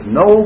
no